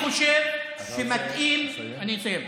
אני חושב שמתאים, אני אסיים,